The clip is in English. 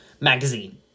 magazine